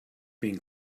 being